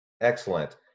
Excellent